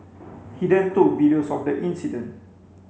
he then took videos of the incident